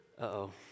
Uh-oh